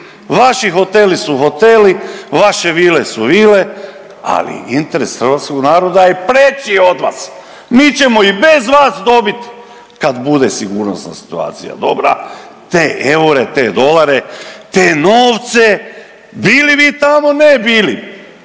vaši hoteli su hoteli, vaše vile su vile, ali interes hrvatskog naroda je preći od vas. Mi ćemo i bez vas dobiti kad bude sigurnosna situacija dobra te eure, te dolare, te novce bili vi tamo ne bili.